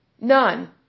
None